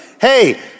hey